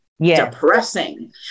depressing